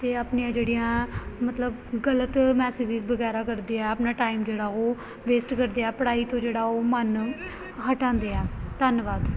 ਅਤੇ ਆਪਣੀਆਂ ਜਿਹੜੀਆਂ ਮਤਲਬ ਗਲਤ ਮੈਸੇਜਿਸ ਵਗੈਰਾ ਕਰਦੇ ਹੈ ਆਪਣਾ ਟਾਈਮ ਜਿਹੜਾ ਉਹ ਵੇਸਟ ਕਰ ਕੇ ਆ ਪੜ੍ਹਾਈ ਤੋਂ ਜਿਹੜਾ ਉਹ ਮਨ ਹਟਾਉਂਦੇ ਆ ਧੰਨਵਾਦ